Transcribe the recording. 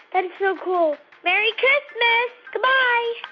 and so cool. merry christmas. goodbye